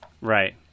Right